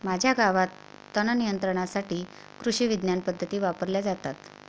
माझ्या गावात तणनियंत्रणासाठी कृषिविज्ञान पद्धती वापरल्या जातात